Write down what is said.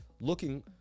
looking